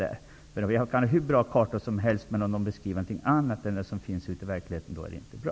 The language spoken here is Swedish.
Man kan ha en hur bra karta som helst, men om den beskriver någonting annat än det som finns ute i verkligheten är den inte bra.